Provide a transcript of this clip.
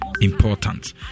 Important